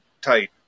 tight